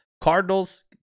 Cardinals